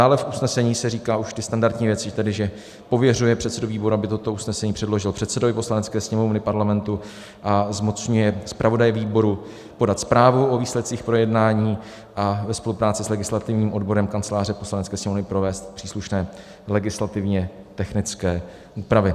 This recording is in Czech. Dále se v usnesení říkají už ty standardní věci, tedy že pověřuje předsedu výboru, aby toto usnesení předložil předsedovi Poslanecké sněmovny Parlamentu, a zmocňuje zpravodaje výboru podat zprávu o výsledcích projednání a ve spolupráci s legislativním odborem Kanceláře Poslanecké sněmovny provést příslušné legislativně technické úpravy.